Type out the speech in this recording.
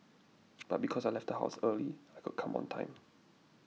but because I left the house early I could come on time